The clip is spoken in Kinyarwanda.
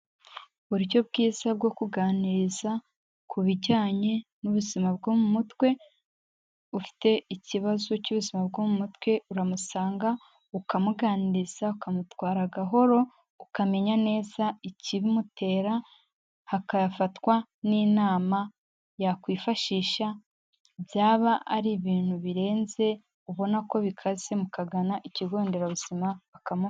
Uburyo bwiza bwo kuganiza ku bijyanye n'ubuzima bwo mutwe, ufite ikibazo cy'ubuzima bwo mu mutwe uramusanga, ukamuganiriza, ukamutwara gahoro, ukamenya neza ikibimutera, hakafatwa n'inama yakwifashisha, byaba ari ibintu birenze, ubona ko bikaze mukagana ikigo nderabuzima bakamufasha.